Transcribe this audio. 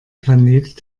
planet